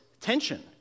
tension